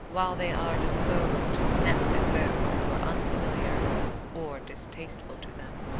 while they are disposed to snap at those who are unfamiliar or distasteful to them.